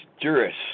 Juris